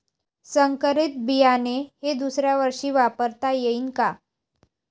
संकरीत बियाणे हे दुसऱ्यावर्षी वापरता येईन का?